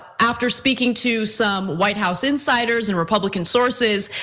after speaking to some white house insiders and republican sources,